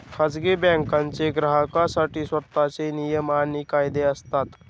खाजगी बँकांचे ग्राहकांसाठी स्वतःचे नियम आणि कायदे असतात